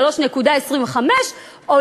3.25%,